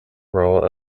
role